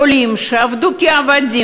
עולים שעבדו כעבדים,